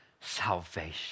salvation